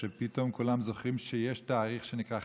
שפתאום כולם זוכרים שיש תאריך שנקרא כ"ט.